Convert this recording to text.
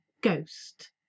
ghost